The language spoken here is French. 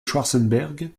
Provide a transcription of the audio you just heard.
schwartzenberg